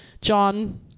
John